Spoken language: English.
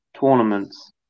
tournaments